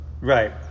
right